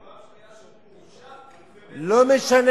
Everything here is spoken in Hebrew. לא,